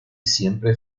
siempre